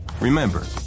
Remember